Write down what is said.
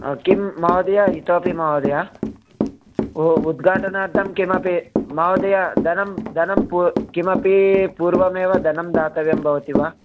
किं महोदय इतोपि महोदय उद्घाटनार्थं किमपि महोदया धनं धनं किमपि पूर्वमेव धनं दातव्यं भवति वा